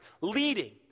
leading